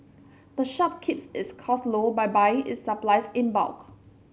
the shop keeps its costs low by buying its supplies in bulk